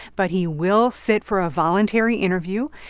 but he will sit for a voluntary interview.